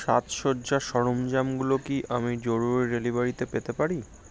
সাজসজ্জার সরঞ্জামগুলো কি আমি জরুরি ডেলিভারিতে পেতে পারি